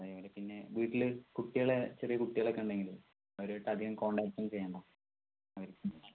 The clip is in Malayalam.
അങ്ങനെയാണെൽ പിന്നെ വീട്ടില് കുട്ടികള് ചെറിയ കുട്ടികളൊക്കെ ഉണ്ടെങ്കില് അവരുവായിട്ട് അധികം കോണ്ടാക്ട് ഒന്നും ചെയ്യണ്ട അവർക്കും പിടിക്കും